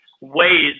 ways